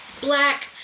black